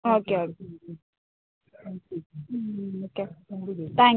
okay okay okay thank